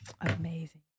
Amazing